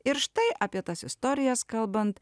ir štai apie tas istorijas kalbant